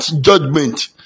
judgment